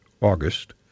August